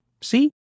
See